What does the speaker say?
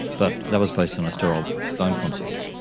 but that was based on a sterile bone concept.